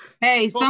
hey